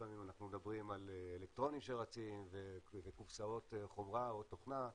פעמים על אלקטרונים שרצים וקופסאות חומרה או תוכנה,